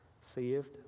Saved